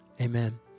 Amen